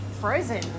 frozen